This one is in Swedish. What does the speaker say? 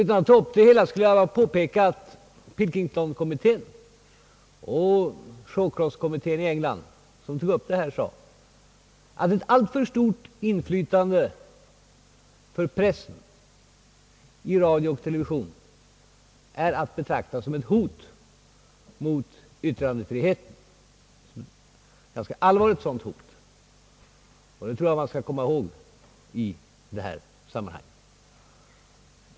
Jag vill påpeka att Pilkington-kommittén och Shawcross-kommittén i England sagt att ett alltför stort inflytande av pressen i radion och televisionen är att betrakta som ett hot mot yttrandefriheten. Det är alltså ett ganska allvarligt hot, något som man bör komma ihåg i detta sammanhang.